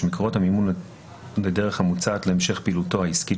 מקורות המימון לדרך המוצעת להמשך פעילותו העסקית